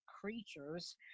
creatures